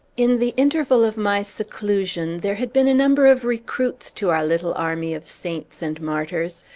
in the interval of my seclusion, there had been a number of recruits to our little army of saints and martyrs.